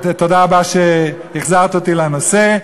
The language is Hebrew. תודה רבה שהחזרת אותי לנושא.